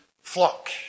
flock